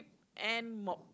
and mop